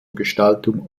gestaltung